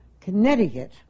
Connecticut